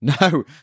No